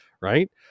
right